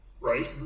Right